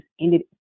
ended